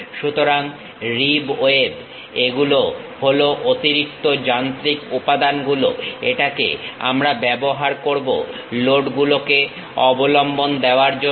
সুতরাং rib web এগুলো হলো অতিরিক্ত যান্ত্রিক উপাদানগুলো এটাকে আমরা ব্যবহার করবো লোডগুলোকে অবলম্বন দেবার জন্য